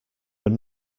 were